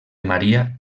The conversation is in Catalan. maria